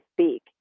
speak